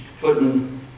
putting